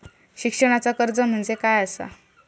शिक्षणाचा कर्ज म्हणजे काय असा?